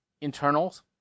internals